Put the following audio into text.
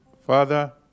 Father